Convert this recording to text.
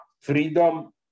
freedom